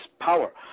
power